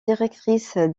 directrice